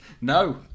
No